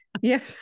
Yes